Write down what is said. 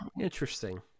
interesting